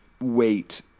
wait